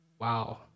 Wow